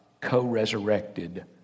co-resurrected